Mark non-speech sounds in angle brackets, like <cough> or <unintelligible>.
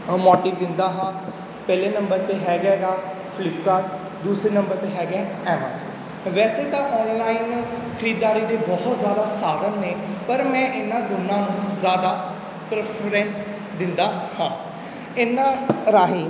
<unintelligible> ਦਿੰਦਾ ਹਾਂ ਪਹਿਲੇ ਨੰਬਰ 'ਤੇ ਹੈਗਾ ਗਾ ਫਲਿਪਕਾਰਟ ਦੂਸਰੇ ਨੰਬਰ 'ਤੇ ਹੈਗਾ ਐਮਾਜ਼ੋਨ ਵੈਸੇ ਤਾਂ ਔਨਲਾਈਨ ਖਰੀਦਦਾਰੀ ਦੇ ਬਹੁਤ ਜ਼ਿਆਦਾ ਸਾਧਨ ਨੇ ਪਰ ਮੈਂ ਇਨ੍ਹਾਂ ਦੋਨਾਂ ਨੂੰ ਜ਼ਿਆਦਾ ਪ੍ਰੈਫਰੇਂਸ ਦਿੰਦਾ ਹਾਂ ਇਨ੍ਹਾਂ ਰਾਹੀਂ